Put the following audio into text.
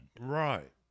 Right